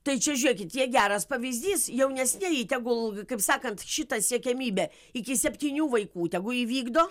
tai čia žiūrėkit jie geras pavyzdys jaunesnieji tegul kaip sakant šitą siekiamybę iki septynių vaikų tegu įvykdo